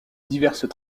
diverses